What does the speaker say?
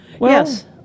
Yes